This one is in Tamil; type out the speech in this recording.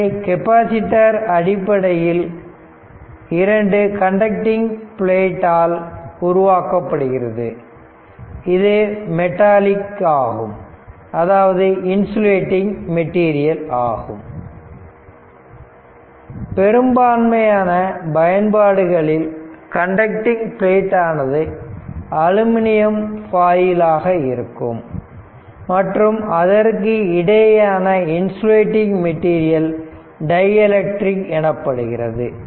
எனவே கெப்பாசிட்டர் அடிப்படையில் 2 கண்டக்டிங் பிளேட்டால் உருவாக்கப்படுகிறது இது மெட்டாலிக் ஆகும் அதாவது இன்சுலேடிங் மெட்டீரியல் ஆகும் பெரும்பான்மையான பயன்பாடுகளில் கண்டக்டிங் பிளேட் ஆனது அலுமினியம் ஃபாயில் ஆக இருக்கும் மற்றும் அதற்கு இடையேயான இன்சுலேடிங் மெட்டீரியல் டைஎலக்ட்ரிக் எனப்படுகிறது